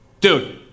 dude